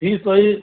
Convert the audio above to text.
fees वही